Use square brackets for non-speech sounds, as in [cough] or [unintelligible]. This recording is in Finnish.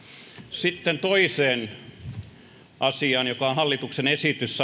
sitten toiseen asiaan joka on hallituksen esitys [unintelligible]